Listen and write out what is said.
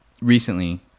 recently